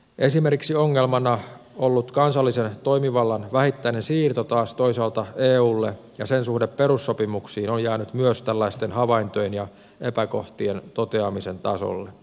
esimerkiksi ongelmana ollut kansallisen toimivallan vähittäinen siirto taas toisaalta eulle ja sen suhde perussopimuksiin on jäänyt myös tällaisten havaintojen ja epäkohtien toteamisen tasolle